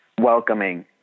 welcoming